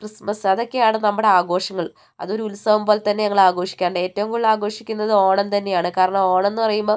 Christmas അതൊക്കെയാണ് നമ്മുടെ ആഘോഷങ്ങൾ അതൊരു ഉത്സവം പോലെത്തന്നെ ഞങ്ങൾ ആഘോഷിക്കാറുണ്ട് ഏറ്റവും കൂടുതൽ ആഘോഷിക്കുന്നത് ഓണം തന്നെയാണ് കാരണം ഓണം എന്ന് പറയുമ്പം